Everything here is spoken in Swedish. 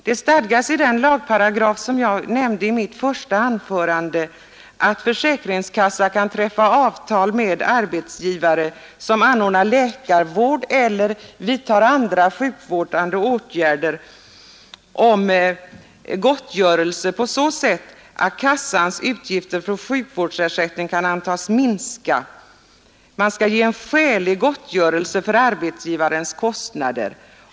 Det stadgas i den lagparagraf som jag nämnde i mitt första anförande att försäkringskassa kan träffa avtal om gottgörelse med arbetsgivare som anordnar läkarvård eller vidtar andra sjukvårdande åtgärder som innebär att kassans utgifter för sjukvårdsersättning kan antas minska. Arbetsgivaren skall ha en skälig gottgörelse för sina kostnader.